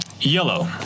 Yellow